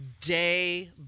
day